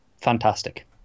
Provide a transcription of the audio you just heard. fantastic